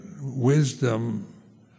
wisdom